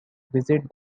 visit